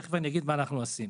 אני תכף אגיד מה אנחנו עושים.